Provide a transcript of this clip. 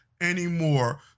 anymore